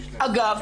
אגב,